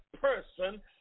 person